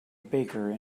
baker